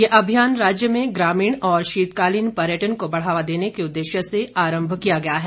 यह अभियान राज्य में ग्रामीण और शीतकालीन पर्यटन को बढ़ावा देने के उददेश्य से आरंभ किया गया है